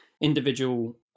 individual